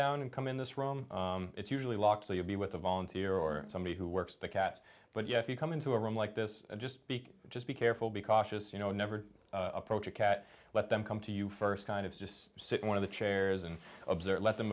down and come in this room it's usually locked so you'll be with a volunteer or somebody who works the cats but yeah if you come into a room like this just just be careful be cautious you know never approach a cat let them come to you first kind of just sit in one of the chairs and observe let them